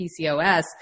PCOS